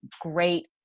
great